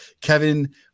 Kevin